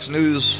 News